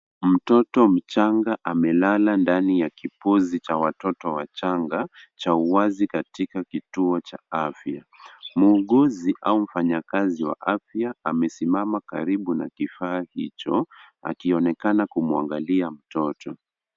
Mtoto mchanga amelala ndani ya kipuzi cha watoto wachanga cha uwazi katika kituo cha afya, muuguzi au mfanyi kazi wa afya amesimama karibu na kifaa hicho akionekana kumuangalia mtoto.